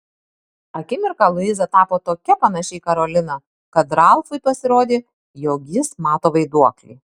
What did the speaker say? akimirką luiza tapo tokia panaši į karoliną kad ralfui pasirodė jog jis mato vaiduoklį